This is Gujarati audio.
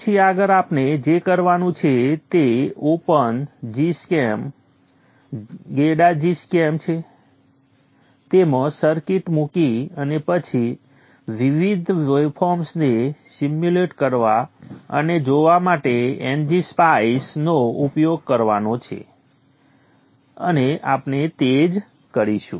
પછી આગળ આપણે જે કરવાનું છે તે ઓપન જીસ્કેમ gEDA જીસ્કેમ છે તેમાં સર્કિટ મૂકી અને પછી વિવિધ વેવફોર્મ્સને સીમ્યુલેટ કરવા અને જોવા માટે એનજીસ્પાઇસ સંદર્ભ સમય 3038 નો ઉપયોગ કરવાનો છે અને આપણે તે જ કરીશું